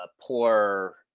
poor